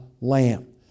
Lamb